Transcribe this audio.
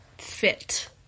Fit